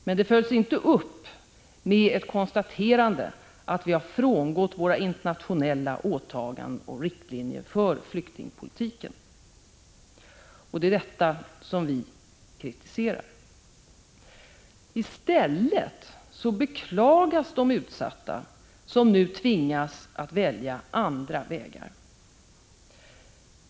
Men det följs inte upp med ett konstaterande att vi frångått våra internationella åtaganden och riktlinjerna för flyktingpolitiken. Det är detta vi kritiserar. I stället beklagas de utsatta som nu tvingas välja andra vägar.